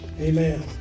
Amen